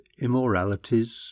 immoralities